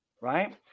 right